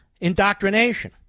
indoctrination